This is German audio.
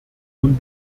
nun